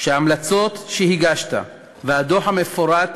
שההמלצות שהגשת והדוח המפורט